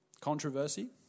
Controversy